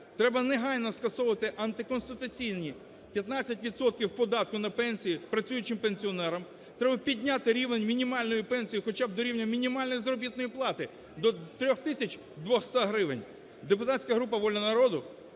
Треба негайно скасовувати антиконституційні 15 відсотків податку на пенсії працюючим пенсіонерам, треба підняти рівень мінімальної пенсії хоча б до рівня мінімальної заробітної плати, до 3 тисяч 200 гривень. Депутатська група "Воля народу"